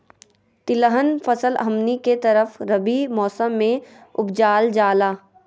तिलहन फसल हमनी के तरफ रबी मौसम में उपजाल जाला